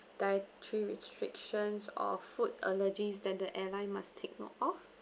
dietary restrictions or food allergies that the airline must take note of